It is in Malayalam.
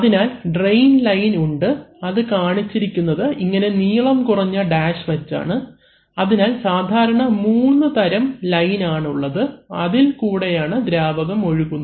അതിനാൽ ട്രയിൻ ലൈൻ ഉണ്ട് അത് കാണിച്ചിരിക്കുന്നത് ഇങ്ങനെ നീളംകുറഞ്ഞ ഡാഷ് വച്ചാണ് അതിനാൽ സാധാരണ മൂന്നുതരം ലൈൻ ആണ് ഉള്ളത് അതിൽ കൂടെയാണ് ദ്രാവകം ഒഴുകുന്നത്